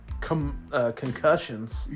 concussions